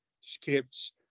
scripts